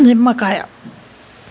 నిమ్మకాయ